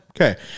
Okay